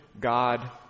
God